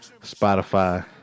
Spotify